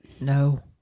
No